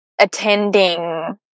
Attending